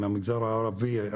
מהמגזר הערבי,